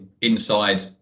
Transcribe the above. inside